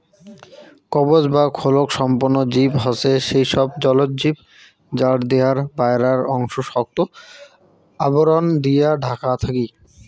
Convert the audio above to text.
কবচ বা খোলক সম্পন্ন জীব হসে সেই সব জলজ জীব যার দেহার বায়রার অংশ শক্ত আবরণ দিয়া ঢাকা থাকি